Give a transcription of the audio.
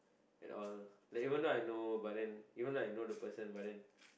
at all like even though I know but then even though I know the person but then